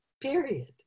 period